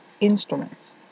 instruments